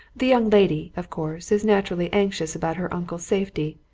the young lady, of course, is naturally anxious about her uncle's safety,